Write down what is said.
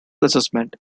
assessment